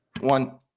One